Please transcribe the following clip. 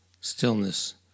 stillness